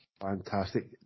Fantastic